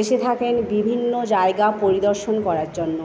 এসে থাকেন বিভিন্ন জায়গা পরিদর্শন করার জন্য